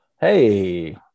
hey